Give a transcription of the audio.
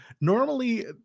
normally